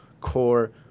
core